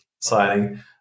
signing